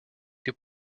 des